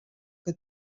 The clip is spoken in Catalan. que